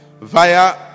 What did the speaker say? via